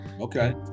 okay